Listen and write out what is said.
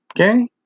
Okay